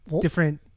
different